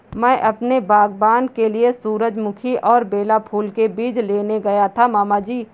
मैं अपने बागबान के लिए सूरजमुखी और बेला फूल के बीज लेने गया था मामा जी